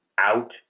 out